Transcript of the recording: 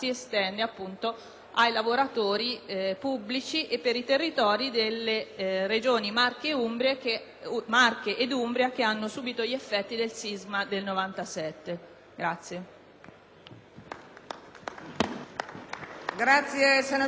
Marche ed Umbria, che hanno subito gli effetti del sisma del 1997.